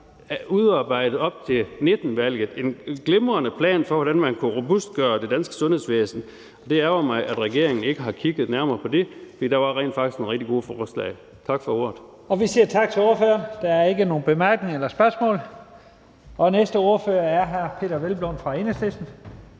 udarbejdet en glimrende plan for, hvordan man kunne robustgøre det danske sundhedsvæsen, og det ærgrer mig, at regeringen ikke har kigget nærmere på det, for der var rent faktisk nogle rigtig gode forslag. Tak for ordet. Kl. 14:27 Første næstformand (Leif Lahn Jensen): Vi siger tak til ordføreren – der er ikke nogen spørgsmål. Næste ordfører er hr. Peder Hvelplund fra Enhedslisten.